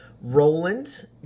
Roland